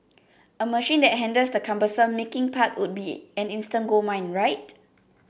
a machine that handles the cumbersome making part would be an instant goldmine right